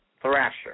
Thrasher